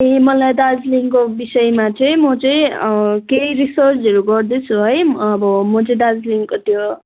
ए मलाई दार्जिलिङको विषयमा चाहिँ म चाहिँ केही रिसर्चहरू गर्दैछु है अब म चाहिँ दार्जिलिङको त्यो